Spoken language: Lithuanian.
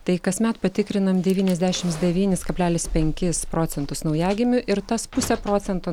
tai kasmet patikrinam devyniasdešimt devynis kablelis penkis procentus naujagimių ir tas pusė procento